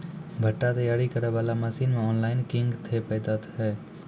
भुट्टा तैयारी करें बाला मसीन मे ऑनलाइन किंग थे फायदा हे?